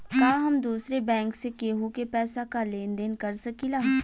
का हम दूसरे बैंक से केहू के पैसा क लेन देन कर सकिला?